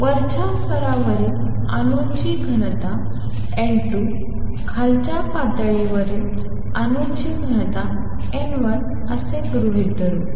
वरच्या स्तरावरील अणूंची घनता n2 खालच्या पातळीवरील अणूंची घनता n1असे गृहीत धरू